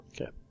Okay